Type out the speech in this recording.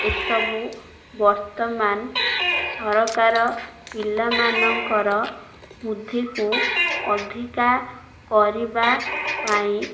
ଏସବୁ ବର୍ତ୍ତମାନ ସରକାର ପିଲାମାନଙ୍କର ବୁଦ୍ଧିକୁ ଅଧିକା କରିବା ପାଇଁ